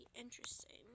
interesting